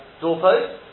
doorpost